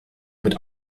mit